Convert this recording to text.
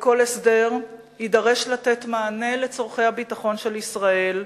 כל הסדר יידרש לתת מענה לצורכי הביטחון של ישראל,